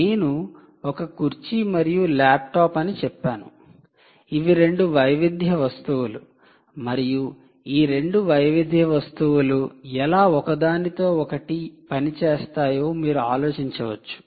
నేను ఒక కుర్చీ మరియు ల్యాప్టాప్ అని చెప్పాను ఇవి 2 వైవిధ్య వస్తువులు మరియు ఈ 2 వైవిధ్య వస్తువులు ఎలా ఒకదానితో ఒకటి పని చేస్తాయో మీరు ఆలోచించవచ్చు